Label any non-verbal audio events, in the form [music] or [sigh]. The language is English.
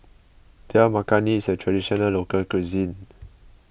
Dal Makhani is a [noise] Traditional Local Cuisine [noise]